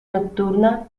nocturna